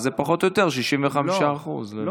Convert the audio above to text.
זה פחות או יותר 65%. לא.